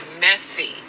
messy